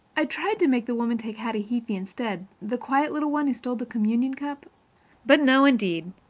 i tried to make the woman take hattie heaphy instead the quiet little one who stole the communion cup but no, indeed!